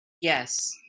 yes